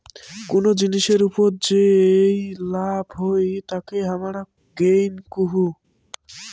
কুনো জিনিসের ওপর যেই লাভ হই তাকে হামারা গেইন কুহু